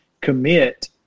commit